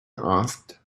asked